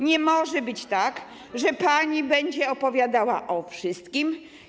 Nie może być tak, że pani będzie opowiadała o wszystkim.